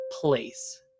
place